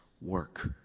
work